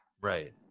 Right